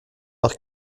par